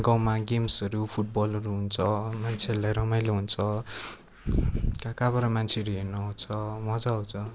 गाउँमा गेम्सहरू फुटबलहरू हुन्छ मान्छेहरूलाई रमाइलो हुन्छ कहाँ कहाँबाट मान्छेहरू हेर्नु आउँछ मजा आउँछ